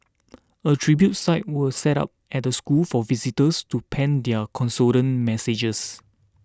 a tribute site were set up at the school for visitors to pen their condolence messages